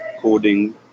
coding